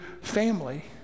family